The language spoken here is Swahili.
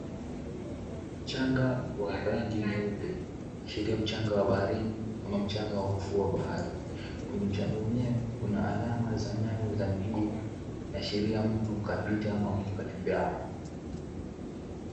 Mchanga wa rangi nyeupe kuashiria mchanga wa baharini ama mchanga wa ufuo wa bahari. Kwenye mchanga wenyewe kuna alama za nyayo za miguu kuashiria mtu kapita au mtu katembea hapo.